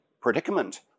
predicament